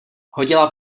hodila